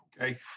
okay